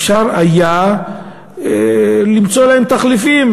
שאפשר היה למצוא להם תחליפים,